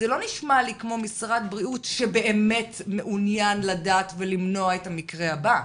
זה לא נשמע לי כמו משרד בריאות שבאמת מעוניין לדעת ולמנוע את המקרה הבא.